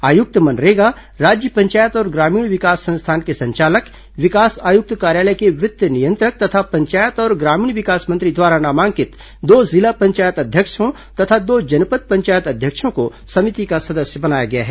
आयुक्त मनरेगा राज्य पंचायत और ग्रामीण विकास संस्थान के संचालक विकास आयुक्त कार्यालय के वित्त नियंत्रक तथा पंचायत और ग्रामीण विकास मंत्री द्वारा नामांकित दो जिला पंचायत अध्यक्षों तथा दो जनपद पंचायत अध्यक्षों को समिति का सदस्य बनाया गया है